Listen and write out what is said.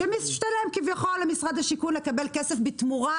שמשתלם כביכול למשרד השיכון לקבל כסף בתמורה